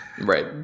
Right